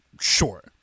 Sure